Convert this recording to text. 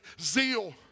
Zeal